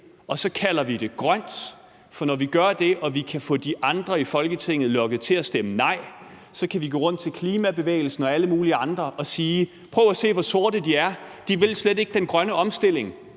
og kalde det grønt. For når vi gør det og vi kan få de andre i Folketinget lokket til at stemme nej, så kan vi gå rundt til klimabevægelsen og alle mulige andre og sige: Prøv at se, hvor sorte de er; de vil slet ikke den grønne omstilling,